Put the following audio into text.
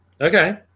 Okay